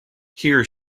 here